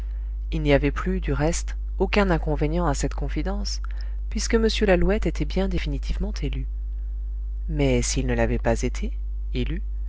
il n'y avait plus du reste aucun inconvénient à cette confidence puisque m lalouette était bien définitivement élu mais s'il ne l'avait pas été élu je